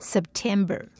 September